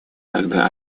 тогда